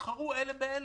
יתחרו אלה באלה.